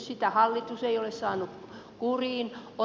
sitä hallitus ei ole saanut kuriin